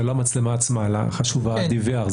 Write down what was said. לא המצלמה עצמה, אלא חשוב ה-DVR.